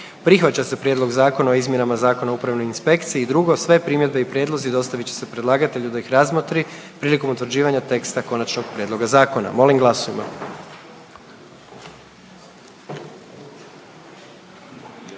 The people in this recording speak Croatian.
dolaze u neposredan dodir s hranom i drugo, sve primjedbe i prijedlozi dostavit će se predlagatelju da ih razmotri prilikom utvrđivanja teksta konačnog prijedloga zakona. Molim glasujmo.